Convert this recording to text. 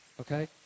Okay